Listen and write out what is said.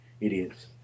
idiots